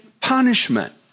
punishment